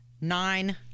nine